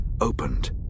opened